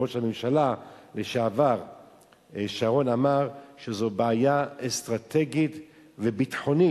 ראש הממשלה לשעבר שרון אמר שזאת בעיה אסטרטגית וביטחונית,